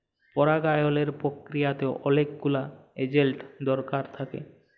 পরাগায়লের পক্রিয়াতে অলেক গুলা এজেল্ট দরকার থ্যাকে